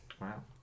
Wow